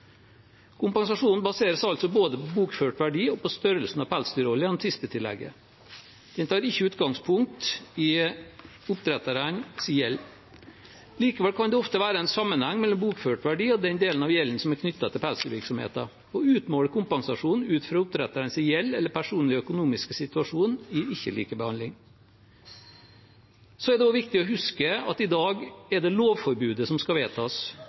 kompensasjonen. Kompensasjonen baseres altså både på bokført verdi og på størrelsen av pelsdyrholdet gjennom tispetillegget. En tar ikke utgangspunkt i oppdretternes gjeld. Likevel kan det ofte være en sammenheng mellom bokført verdi og den delen av gjelden som er knyttet til pelsdyrvirksomheten. Å utmåle kompensasjon ut fra oppdretternes gjeld eller personlige økonomiske situasjon gir ikke likebehandling. Det er også viktig å huske at i dag er det lovforbudet som skal vedtas.